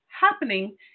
happening